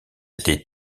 les